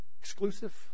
exclusive